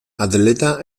atleta